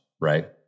right